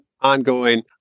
ongoing